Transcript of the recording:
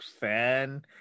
fan